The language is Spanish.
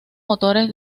motores